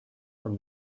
from